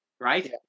right